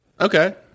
Okay